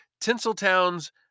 Tinseltown's